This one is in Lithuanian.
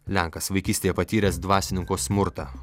lenkas vaikystėje patyręs dvasininko smurtą